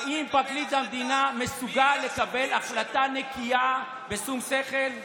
האם פרקליט המדינה מסוגל לקבל החלטה נקייה בשום שכל?